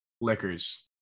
liquors